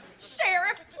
Sheriff